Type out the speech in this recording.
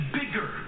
bigger